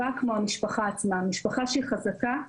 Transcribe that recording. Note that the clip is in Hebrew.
משפחה שהיא חזקה,